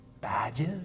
Badges